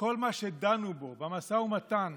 כל מה שדנו בו במשא ומתן